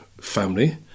family